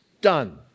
done